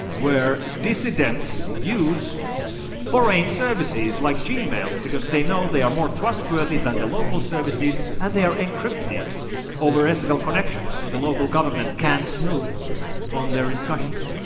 where dissidents use so foreign services like gmail because they know they are more trustworthy than the local services and they are encrypted over and ssl connections, so the local government can't snoop on their discussions.